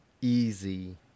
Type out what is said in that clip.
easy